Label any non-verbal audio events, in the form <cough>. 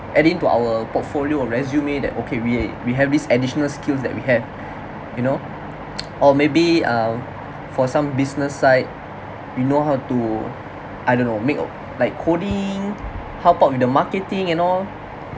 add into our portfolio or resume that okay we we have this additional skills that we have you know <noise> or maybe uh for some business side we know how to I don't know make or like coding help out with the marketing and all